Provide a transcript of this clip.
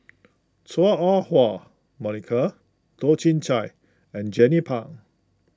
Chua Ah Huwa Monica Toh Chin Chye and Jernnine Pang